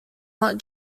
not